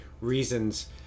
reasons